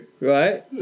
right